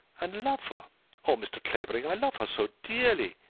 and love her oh, mr. clavering, i love her so dearly!